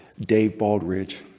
dave baldridge.